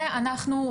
אנחנו,